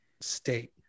state